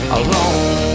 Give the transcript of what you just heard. alone